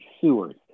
sewers